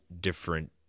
different